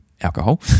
Alcohol